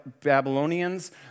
Babylonians